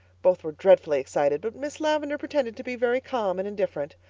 both were dreadfully excited but miss lavendar pretended to be very calm and indifferent.